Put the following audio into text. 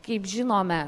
kaip žinome